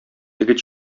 теге